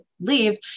leave